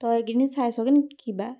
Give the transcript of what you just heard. তই এইকেইদিন চাইছগৈ নেকি কিবা